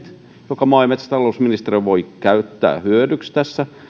joita maa ja metsätalousministeriö voi käyttää hyödyksi tässä